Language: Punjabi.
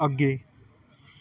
ਅੱਗੇ